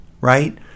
right